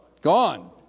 Gone